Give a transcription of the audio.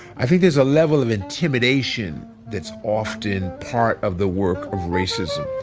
i think there's a level of intimidation that's often part of the work of racism.